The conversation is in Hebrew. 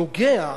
נוגע,